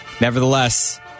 Nevertheless